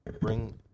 Bring